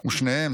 "ושניהם,